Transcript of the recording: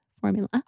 formula